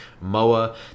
Moa